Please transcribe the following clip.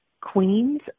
queens